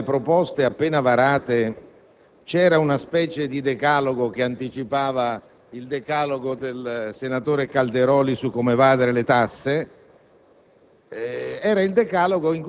in merito alle proposte appena varate, di una specie di decalogo il quale, anticipando il decalogo del senatore Calderoli su come evadere le tasse,